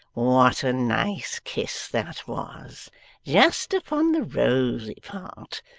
what a nice kiss that was just upon the rosy part.